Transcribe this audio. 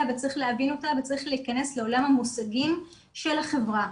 וצריך להבין אותה וצריך להיכנס לעולם המושגים של החברה.